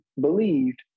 believed